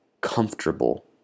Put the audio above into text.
comfortable